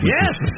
Yes